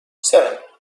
seven